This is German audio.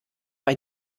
bei